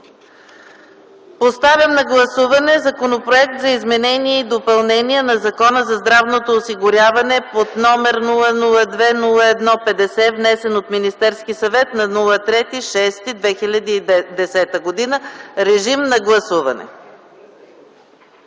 Поставям на гласуване Законопроект за изменение и допълнение на Закона за здравното осигуряване, № 002-01-50, внесен от Министерския съвет на 3.06.2010 г. Гласували